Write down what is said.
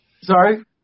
Sorry